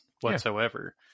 whatsoever